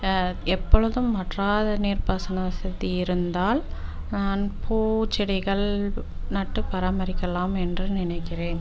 எப்பொழுதும் வற்றாத நீர்ப்பாசன வசதி இருந்தால் நான் பூச்செடிகள் நட்டு பராமரிக்கலாம் என்று நினைக்கிறேன்